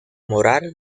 moral